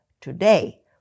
today